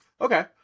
Okay